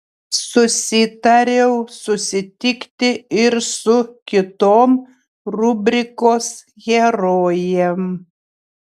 susitariau susitikti ir su kitom rubrikos herojėm